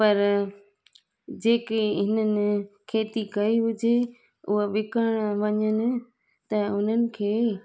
पर जेके हिननि खेती कई हुजे उहो विकरणु वञनि त उन्हनि खे